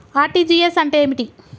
RTGS అంటే ఏమిటి?